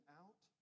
out